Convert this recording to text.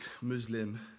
Muslim